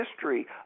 history